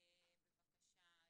בבקשה,